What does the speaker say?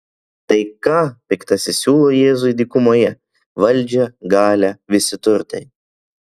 tai ką piktasis siūlo jėzui dykumoje valdžia galia visi turtai